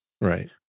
Right